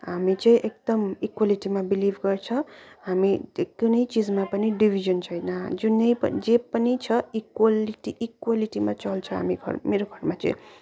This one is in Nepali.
हामी चाहिँ एकदम इक्वालिटीमा बिलिभ गर्छ हामी कुनै चिजमा पनि डिभिजन छैन जुनै जे पनि छ इक्वलिटी इक्विलिटीमा चल्छ हामी मेरो घरमा चाहिँ